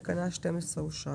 תקנה 12 אושרה.